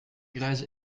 greise